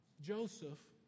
Joseph